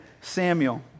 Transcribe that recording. Samuel